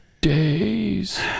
days